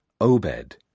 Obed